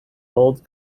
old